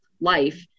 life